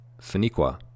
Finiqua